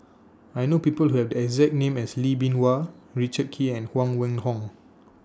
I know People Who Have The exact name as Lee Bee Wah Richard Kee and Huang Wenhong